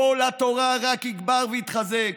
קול התורה רק יגבר ויתחזק.